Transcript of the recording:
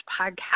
podcast